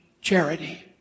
charity